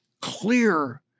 clear